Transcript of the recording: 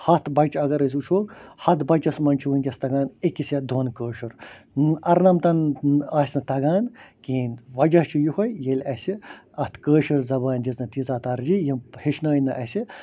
ہتھ بَچہِ اگر أسۍ وُچھو ہتھ بَچَس مَنٛز چھُ وُنکٮ۪س تگان أکِس یا دۅن کٲشُر اَرنَمتَن آسہِ نہٕ تَگان کِہیٖنٛۍ وجہ چھُ یوٚہے ییٚلہِ اَسہِ اَتھ کٲشِر زبانہِ دِژ نہٕ تۭژاہ ترجیح یِم ہیٚچھنٲے نہٕ اَسہِ